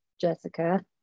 Jessica